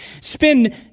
spend